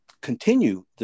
continue